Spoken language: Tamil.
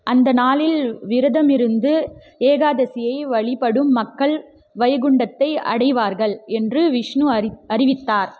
அந்த நாளில் விரதம் இருந்து ஏகாதசியை வழிபடும் மக்கள் வைகுண்டத்தை அடைவார்கள் என்று விஷ்ணு அறி அறிவித்தார்